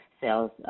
sales